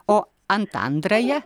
o antandraja